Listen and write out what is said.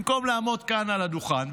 במקום לעמוד כאן על הדוכן,